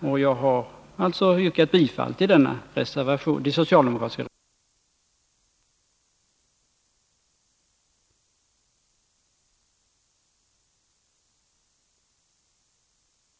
Jag har yrkat bifall till de socialdemokratiska reservationerna, med de konsekvenser de har, och så får vi återkomma till debatten om närradio och lokalradio.